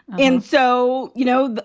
and so, you know.